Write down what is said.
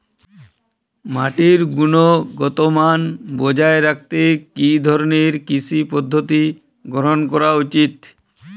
মাটির গুনগতমান বজায় রাখতে কি ধরনের কৃষি পদ্ধতি গ্রহন করা উচিৎ?